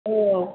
औ